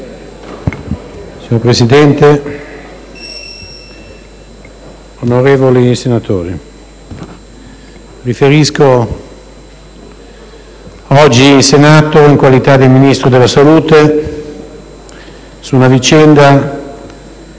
Signor Presidente, onorevoli senatori, riferisco oggi in Senato in qualità di Ministro della salute su una vicenda